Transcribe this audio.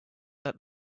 that